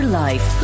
life